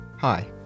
Hi